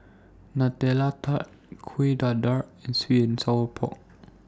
Nutella Tart Kueh Dadar and Sweet and Sour Pork